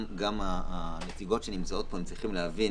גם הנציגות שנמצאות כאן צריכות להבין